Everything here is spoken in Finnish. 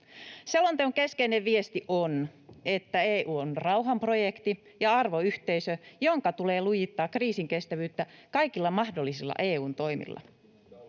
Selonteon keskeinen viesti on, että EU on rauhanprojekti ja arvoyhteisö, jonka tulee lujittaa kriisinkestävyyttä kaikilla mahdollisilla EU:n toimilla.